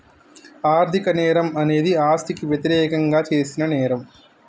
ఆర్థిక నేరం అనేది ఆస్తికి వ్యతిరేకంగా చేసిన నేరం